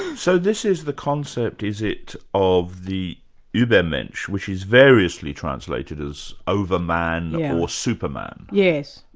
so this is the concept, is it, of the ubermensch, which is variously translated as over man, or superman? yes,